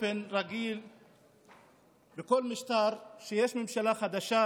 יודעים בדיוק למה משתמשים בהם וכנגד מי.